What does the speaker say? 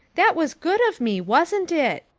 that was good of me, wasn't it?